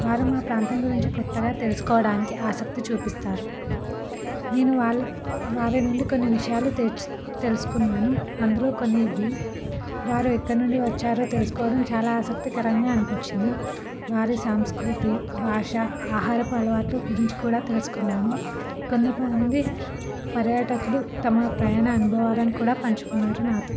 వారు మా ప్రాంతం గురించి కొత్తగా తెలుసుకోవడానికి ఆసక్తి చూపిస్తారు నేను వాళ్ళ వారి నుండి కొన్ని విషయాలు తె తెలుసుకున్నాను అందులో కొన్ని ఇవి వారు ఎక్కడినుండి వచ్చారో తెలుసుకోవడం చాలా ఆసక్తికరంగా అనిపించింది వారి సంస్కృతి భాష ఆహారపు అలవాట్ల గురించి కూడా తెలుసుకున్నాను కొంతమంది పర్యాటకులు తమ ప్రయాణ అనుభవాలను కూడా పంచుకున్నారు నాతో